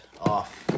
off